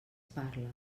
parla